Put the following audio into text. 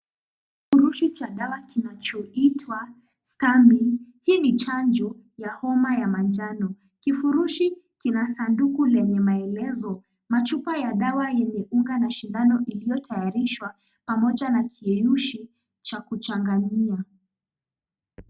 Kifurushi cha dawa kinachoitwa scambid. Hii ni chanjo ya homa ya manjano. Kifurushi kina sanduku yenye maelezo na chupa ya dawa yenye unga na shindano iliyotayarishwa na pamoja na kiyeyushi cha kuchangania.